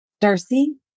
Darcy